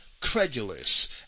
credulous